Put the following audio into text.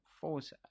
force